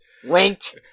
Wink